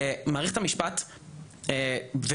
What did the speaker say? ומערכת המשפט ופירוקה,